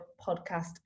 podcast